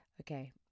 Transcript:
okay